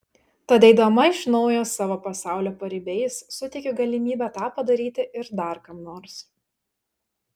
tad eidama iš naujo savo pasaulio paribiais suteikiu galimybę tą padaryti ir dar kam nors